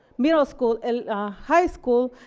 middle school and high school.